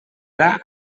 ara